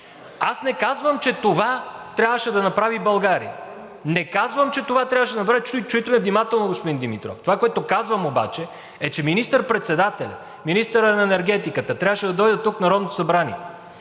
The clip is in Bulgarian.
Аз не казвам, че това трябваше да направи България. Не казвам, че това трябваше да направи, чуйте ме внимателно, господин Димитров, това, което казвам обаче, е, че министър-председателят, министърът на енергетиката трябваше да дойдат тук в Народното събрание,